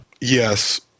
Yes